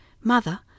Mother